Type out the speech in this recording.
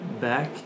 back